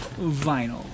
vinyl